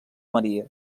maria